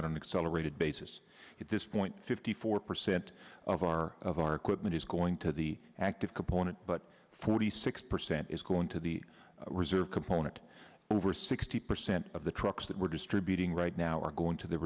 that celebrated basis at this point fifty four percent of our of our equipment is going to the active component but forty six percent is going to the reserve component over sixty percent of the trucks that we're distributing right now are going to the